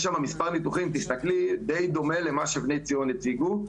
יש מספר ניתוחים די דומה למה שבני ציון הציגו,